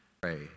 pray